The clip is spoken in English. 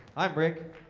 i'm rick.